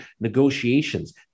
negotiations